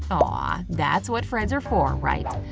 ah ah that's what friends are for, right?